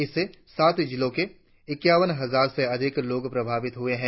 इससे सात जिलों के ईक्यावन हजार से अधिक लोग प्रभावित हुए है